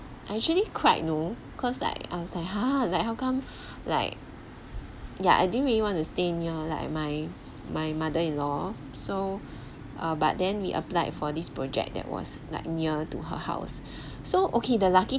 I actually cried you know cause like I was like !huh! like how come like yeah I didn't really want to stay near like my my mother in law so err but then we applied for this project that was like near to her house so okay the lucky